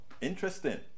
interesting